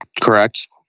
correct